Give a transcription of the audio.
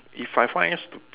if I find it stu~